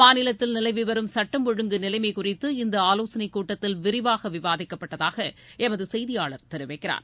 மாநிலத்தில் நிலவிவரும் சுட்டம் ஒழுங்கு நிலைமை குறித்து இந்த ஆலோசனைக் கூட்டத்தில் விரிவாக விவாதிக்கப்பட்டதாக எமது செய்தியாளர் தெரிவிக்கிறார்